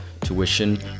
tuition